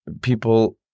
people